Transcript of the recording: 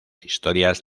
historias